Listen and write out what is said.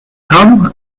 come